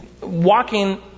walking